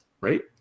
right